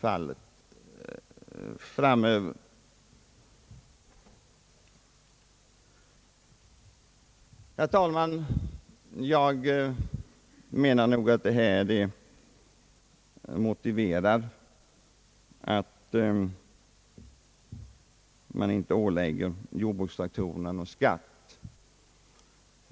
Detta sker främst på förnödenhetssidan. Herr talman! Jag anser att vad jag här anfört motiverar att jordbrukstraktorerna inte blir föremål för någon beskattning.